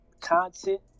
content